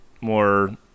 more